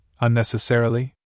unnecessarily